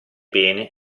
bene